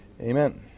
Amen